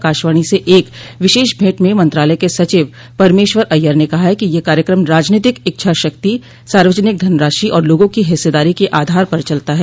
आकाशवाणी से एक विशेष भेंट में मंत्रालय के सचिव परमेश्वर अय्यर ने कहा है कि यह कार्यक्रम राजनीतिक इच्छा शक्ति सार्वजनिक धनराशि और लोगों की हिस्सेदारी के आधार पर चलता है